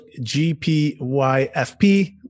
gpyfp